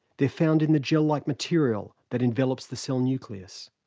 they're found in the gel-like material that envelops the cell nucleus.